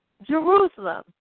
Jerusalem